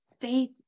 faith